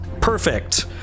perfect